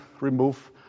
remove